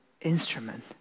instrument